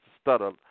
stutter